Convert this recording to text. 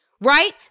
right